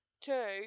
Two